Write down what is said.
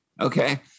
Okay